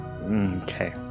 Okay